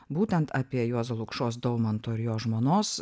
būtent apie juozo lukšos daumanto ir jo žmonos